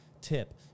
tip